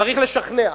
צריך לשכנע.